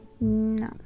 No